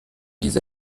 diese